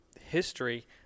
history